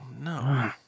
no